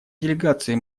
делегации